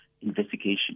investigation